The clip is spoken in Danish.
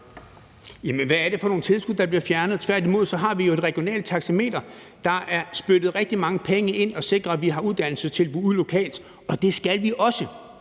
Hvad er det for nogle tilskud, der bliver fjernet? Tværtimod har vi jo et regionalt taxameter. Der er spyttet rigtig mange penge i at sikre, at vi har uddannelsestilbud ude lokalt, og det skal vi også